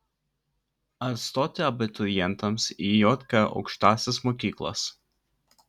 ar stoti abiturientams į jk aukštąsias mokyklas